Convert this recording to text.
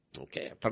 Okay